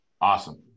Awesome